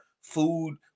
food